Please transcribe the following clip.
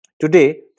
Today